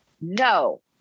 No